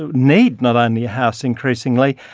ah need not only a house increasingly,